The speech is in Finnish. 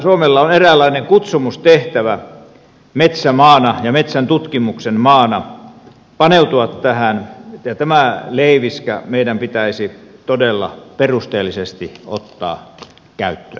suomella on eräänlainen kutsumustehtävä metsämaana ja metsäntutkimuksen maana paneutua tähän ja tämä leiviskä meidän pitäisi todella perusteellisesti ottaa käyttöön